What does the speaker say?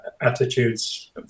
attitudes